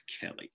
Kelly